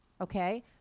Okay